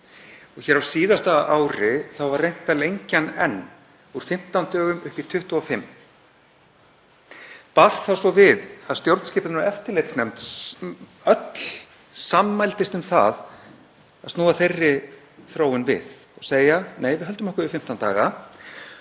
í 15. Á síðasta ári var reynt að lengja hann enn, úr 15 dögum upp í 25. Bar þá svo við að stjórnskipunar- og eftirlitsnefnd öll sammæltist um að snúa þeirri þróun við og segja: Nei, við höldum okkur við 15 daga.